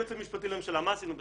גם היועץ המשפטי למשרד